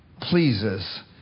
pleases